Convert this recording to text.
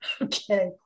okay